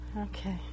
Okay